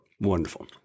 Wonderful